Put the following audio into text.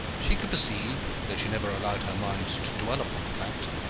she could perceive, though she never allowed her mind to dwell upon the fact,